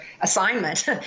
assignment